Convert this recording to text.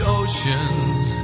oceans